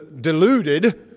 deluded